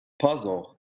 puzzle